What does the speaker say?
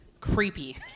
creepy